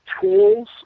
tools